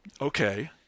Okay